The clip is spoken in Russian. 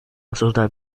осуждаем